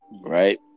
right